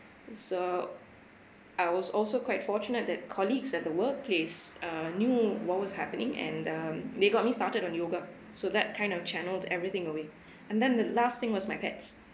so I was also quite fortunate that colleagues at the workplace uh knew what was happening and um they got me started on yoga so that kind of channelled everything away and then the last thing was my pets